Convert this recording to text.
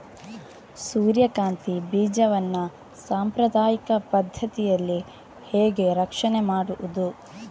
ಸೂರ್ಯಕಾಂತಿ ಬೀಜವನ್ನ ಸಾಂಪ್ರದಾಯಿಕ ಪದ್ಧತಿಯಲ್ಲಿ ಹೇಗೆ ರಕ್ಷಣೆ ಮಾಡುವುದು